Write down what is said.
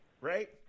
right